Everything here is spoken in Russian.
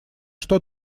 что